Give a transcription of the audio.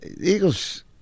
eagles